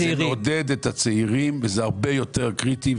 נכון, זה מעודד את הצעירים וזה הרבה יותר קריטי.